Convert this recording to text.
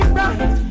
right